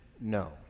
No